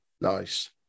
Nice